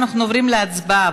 אנחנו עוברים להצבעה,